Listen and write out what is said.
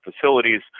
facilities